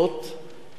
של אסירים,